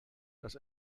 das